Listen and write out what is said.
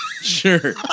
Sure